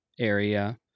area